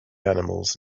animals